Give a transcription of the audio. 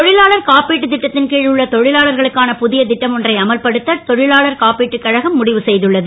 தொ லாளர் காப்பீட்டுத் ட்டத் ன் கீ உள்ள தொ லாளர்களுக்கான பு ய ட்டம் ஒன்றை அமல்படுத்த தொ லாளர் காப்பீட்டுக் கழகம் முடிவு செ துள்ளது